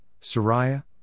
Sariah